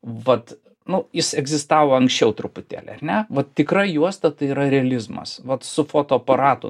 vat nu jis egzistavo anksčiau truputėlį ar ne va tikra juosta tai yra realizmas vat su fotoaparatu